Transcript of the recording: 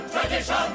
Tradition